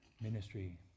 ministry